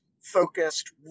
focused